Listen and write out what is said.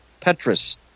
Petrus